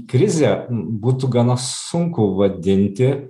krizę būtų gana sunku vadinti